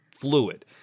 fluid